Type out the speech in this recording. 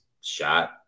shot –